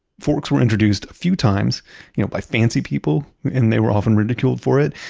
forks were introduced a few times you know by fancy people and they were often ridiculed for it,